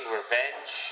revenge